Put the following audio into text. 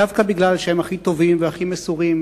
דווקא כי הם הכי טובים, הכי מסורים,